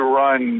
run